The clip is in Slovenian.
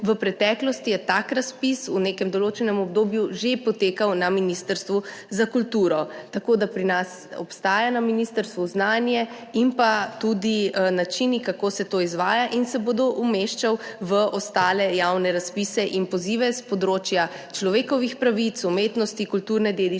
V preteklosti je tak razpis v nekem določenem obdobju že potekal na Ministrstvu za kulturo, tako da pri nas na ministrstvu obstaja znanje in tudi načini, kako se to izvaja, in se bodo umeščali v ostale javne razpise in pozive s področja človekovih pravic, umetnosti, kulturne dediščine,